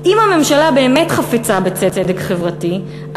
אם הממשלה באמת חפצה בצדק חברתי,